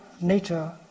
nature